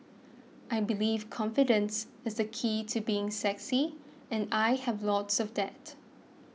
I believe confidence is the key to being sexy and I have loads of that